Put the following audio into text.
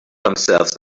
themselves